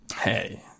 Hey